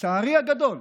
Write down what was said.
לצערי הגדול,